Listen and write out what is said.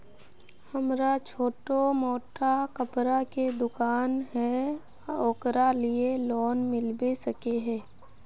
हमरा छोटो मोटा कपड़ा के दुकान है ओकरा लिए लोन मिलबे सके है?